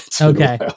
Okay